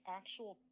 actual